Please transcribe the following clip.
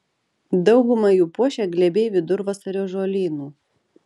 daugumą jų puošia glėbiai vidurvasario žolynų